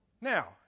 Now